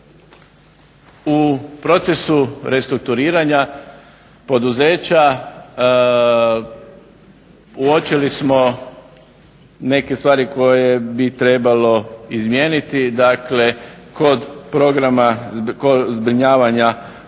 U procesu restrukturiranja poduzeća uočili smo neke stvari koje bi trebalo izmijeniti, dakle, kod programa, kod zbrinjavanja